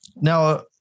Now